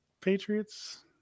Patriots